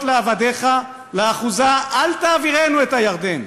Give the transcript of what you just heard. לעבדיך לאחֻזה אל תעבִרנו את הירדן".